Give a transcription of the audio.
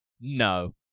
No